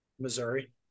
Missouri